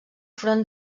front